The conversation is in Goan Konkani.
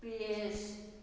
पियश